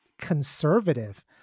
conservative